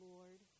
Lord